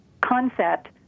concept